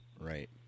right